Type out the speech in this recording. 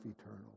eternal